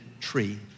tree